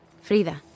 Frida